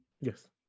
Yes